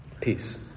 Peace